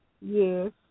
yes